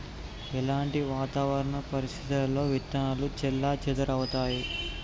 ఎలాంటి వాతావరణ పరిస్థితుల్లో విత్తనాలు చెల్లాచెదరవుతయీ?